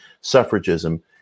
suffragism